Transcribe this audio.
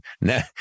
Now